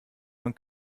man